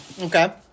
Okay